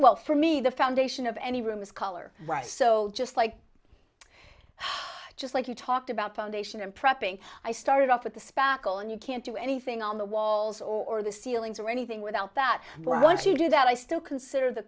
well for me the foundation of any room is color rice so just like just like you talked about foundation and prepping i started off with the spackle and you can't do anything on the walls or the ceilings or anything without that once you do that i still consider the